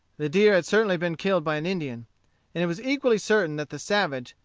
the deer had certainly been killed by an indian and it was equally certain that the savage,